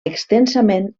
extensament